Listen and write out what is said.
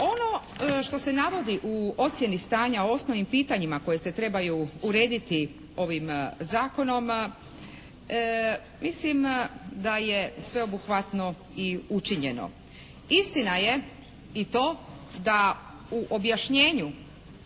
Ono što se navodi u ocijeni stanja o osnovnim pitanjima koje se trebaju urediti ovim zakonom, mislim da je sveobuhvatno i učinjeno. Istina je i to da u objašnjenju